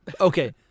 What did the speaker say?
Okay